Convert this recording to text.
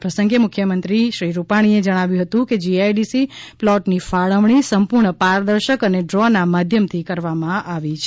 આ પ્રસંગે મુખ્યમંત્રી મુખ્યમંત્રી શ્રી રૂપાણીએ જણાવ્યું હતું કે જીઆઈડીસી પ્લોટની ફાળવણી સંપૂર્ણ પારદર્શક અને ડ્રો ના માધ્યમથી કરવામાં આવી છે